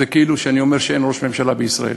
זה כאילו שאני אומר שאין ראש ממשלה בישראל,